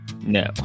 No